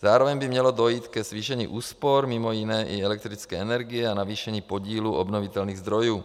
Zároveň by mělo dojít ke zvýšení úspor, mimo jiné i elektrické energie, a navýšení podílu obnovitelných zdrojů.